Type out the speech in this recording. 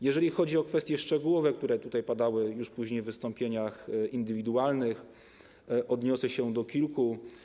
Jeżeli chodzi o kwestie szczegółowe, które tutaj padały, już później w wystąpieniach indywidualnych, to odniosę się do kilku.